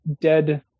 dead